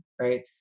Right